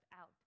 out